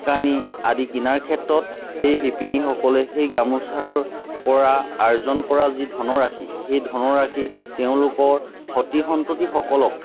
কাপোৰ কানি আদি কিনাৰ ক্ষেত্ৰত সেই শিপিনীসকলে সেই গামোচাৰ পৰা আৰ্জন কৰা যি ধনৰাশি সেই ধনৰাশি তেওঁলোকৰ সতি সন্ততিসকলক